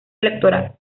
electoral